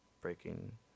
breaking